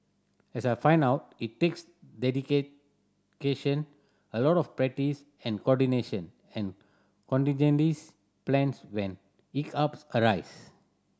as I found out it takes a lot of practice and coordination and plans when hiccups arise